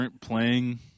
playing